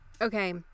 Okay